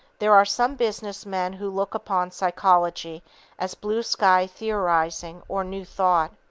there are some business men who look upon psychology as blue-sky theorizing or new thought.